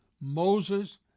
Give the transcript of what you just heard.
Moses